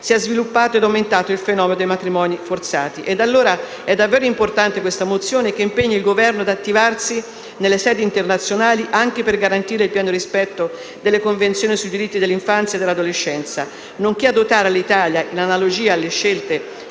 si è sviluppato ed è aumentato il fenomeno dei matrimoni forzati. È davvero importante questa mozione, che impegna il Governo ad attivarsi nelle sedi internazionali anche per garantire il pieno rispetto delle Convenzioni sui diritti dell'infanzia e dell'adolescenza, nonché a dotare l'Italia, in analogia alle scelte